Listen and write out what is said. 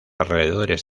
alrededores